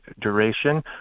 duration